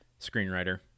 screenwriter